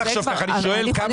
אני שואל כמה זה עולה.